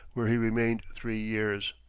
where he remained three years.